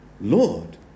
Lord